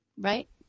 right